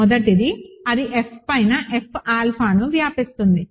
మొదటిది అది F పైన F ఆల్ఫాను వ్యాపిస్తుంది